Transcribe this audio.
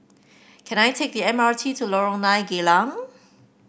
can I take the M R T to Lorong Nine Geylang